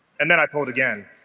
and then i pulled again